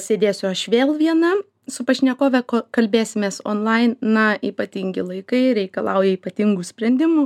sėdėsiu aš vėl viena su pašnekove kalbėsimės onlain na ypatingi laikai reikalauja ypatingų sprendimų